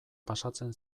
pasatzen